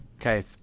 Okay